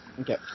Okay